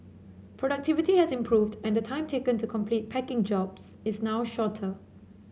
productivity has improved and the time taken to complete packing jobs is now shorter